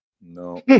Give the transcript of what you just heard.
No